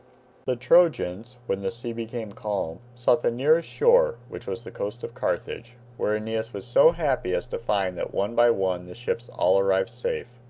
the trojans, when the sea became calm, sought the nearest shore, which was the coast of carthage, where aeneas was so happy as to find that one by one the ships all arrived safe,